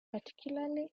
particularly